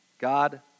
God